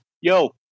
Yo